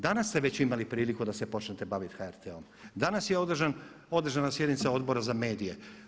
Danas ste već imali priliku da se počnete baviti HRT-om, danas je održana sjednica Odbora za medije.